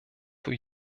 für